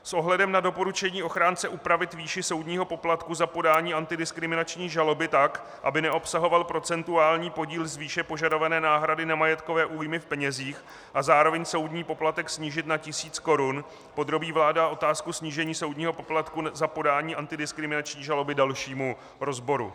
S ohledem na doporučení ochránce upravit výši soudního poplatku za podání antidiskriminační žaloby tak, aby neobsahoval procentuální podíl z výše požadované náhrady nemajetkové újmy v penězích, a zároveň soudní poplatek snížit na tisíc korun podrobí vláda otázku snížení soudního poplatku za podání antidiskriminační žaloby dalšímu rozboru.